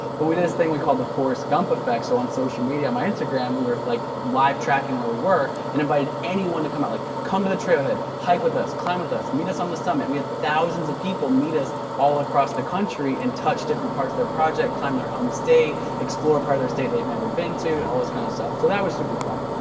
but we did this thing we called the forrest gump effect so on social media, on my instagram, we were like live tracking where we were an invited anyone to come out. like come to the trail head, hike with us, climb with us meet us on the summit. we had thousands of people meet us all across the country and touch different parts of the project, climb their home state. explore part of their state they've never been to, all this kind of stuff. so that was super fun.